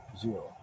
zero